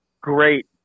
great